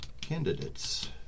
Candidates